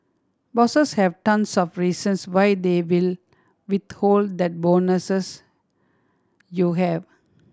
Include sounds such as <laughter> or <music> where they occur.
bosses have tons of reasons why they will withhold that <unintelligible> you have